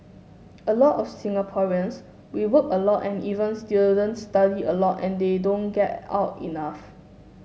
a lot of Singaporeans we work a lot and even students study a lot and they don't get out enough